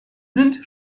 sind